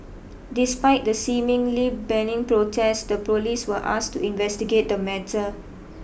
despite the seemingly benign protest the police were asked to investigate the matter